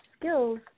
skills